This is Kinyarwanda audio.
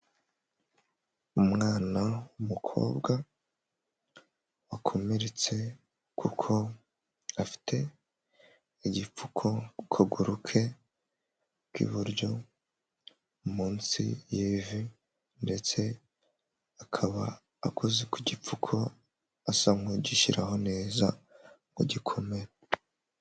Umwana w'umukobwa wakomeretse, kuko afite igipfuku ku kaguru ke k'iburyo munsi y'ivi; ndetse akaba akoze ku gipfuko, asa nk'ugishyiraho neza ngo gikomere.